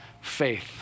faith